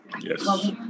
Yes